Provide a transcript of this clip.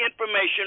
information